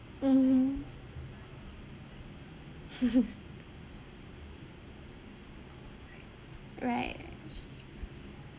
mmhmm right right